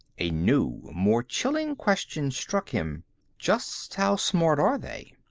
a new, more chilling question struck him just how smart are they?